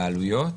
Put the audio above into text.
העלויות.